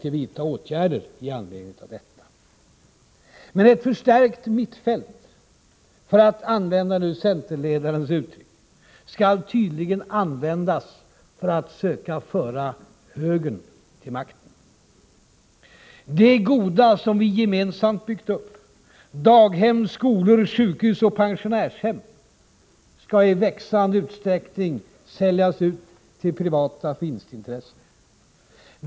Ett förstärkt mittfält, för att använda centerledarens uttryck, skall tydligen användas för att försöka föra högern till makten. Det goda som vi gemensamt byggt upp — daghem, skolor, sjukhus och pensionärshem — skall i växande utsträckning säljas ut till privata vinstintressen.